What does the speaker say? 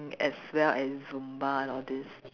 as well as Zumba and all this